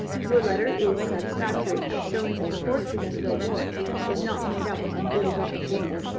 your letter is satisfactory, as showing that the fortune of your ward is not made up of ill-gotten gains.